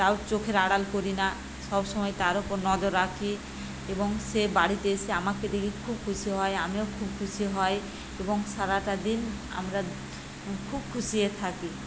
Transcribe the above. তাও চোখের আড়াল করি না সব সময় তার উপর নজর রাখি এবং সে বাড়িতে এসে আমাকে দেখে খুব খুশি হই আমিও খুব খুশি হই এবং সারাটা দিন আমরা খুব খুশি হয়ে থাকি